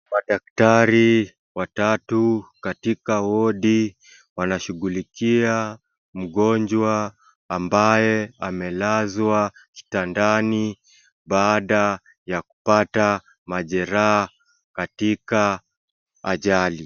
Wadaktari watatu katika wodi wanashughulikia mgonjwa ambaye amelazwa kitandani baada ya kupata majeraha katika ajali.